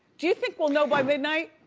do you think we'll know by midnight?